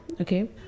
okay